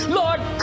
lord